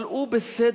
אבל הוא בסדר.